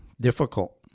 difficult